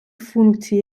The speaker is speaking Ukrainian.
функції